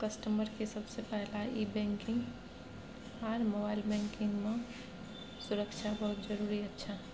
customer के सबसे पहला ई बैंकिंग आर मोबाइल बैंकिंग मां सुरक्षा बहुत जरूरी अच्छा